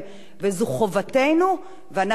אנחנו גם נצטרך להעביר את זה לוועדת העבודה,